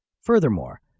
Furthermore